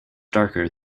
darker